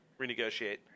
renegotiate